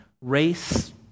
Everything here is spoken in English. race